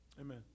Amen